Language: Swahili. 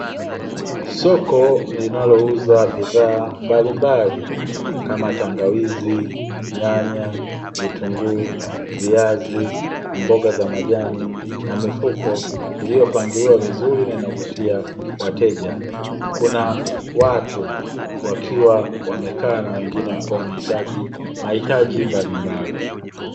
Soko linalouza bidhaa mbalimbali kama tangawizi , nyanya, vitunguu , viazi ,mboga za majani na mifuko iliyopangiliwa vizuri na inavutiwa wateja . Kuna watu wakiwa wamekaa na wengine wakiwa wanahitaji mahitaji mbalimbali.